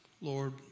Lord